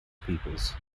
peoples